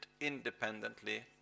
independently